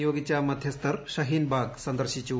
നിയോഗിച്ച മദ്ധ്യസ്ഥർ ഷഹീൻബാഗ് സന്ദർശിച്ചു